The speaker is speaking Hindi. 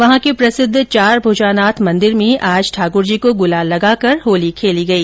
वहां के प्रसिद्ध चारभुजानाथ मंदिर में आज ठाकुर जी को गुलाल लगाकर होली खेली गई